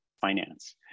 finance